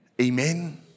Amen